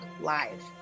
Live